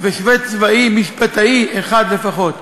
ושופט צבאי, משפטאי אחד לפחות.